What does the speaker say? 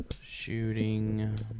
Shooting